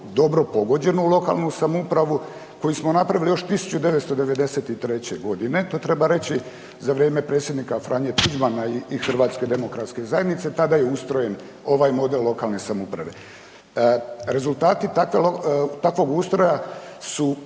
dobro pogođenu lokalnu samoupravu koju smo napravili još 1993. g., to treba reći, za vrijeme Predsjednika Franje Tuđmana i HDZ-a, tada je ustrojen ovaj model lokalne samouprave. Rezultati takvog ustroja su